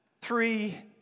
three